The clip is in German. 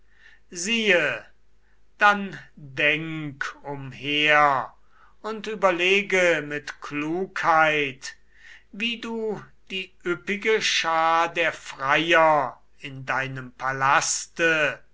siehe dann denk umher und überlege mit klugheit wie du die üppige schar der freier in deinem palaste